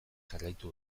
jarraitu